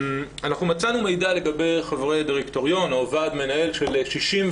מצאנו מידע לגבי חברי הדירקטוריון או ועד מנהל של 64